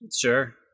sure